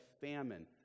famine